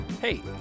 Hey